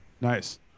nice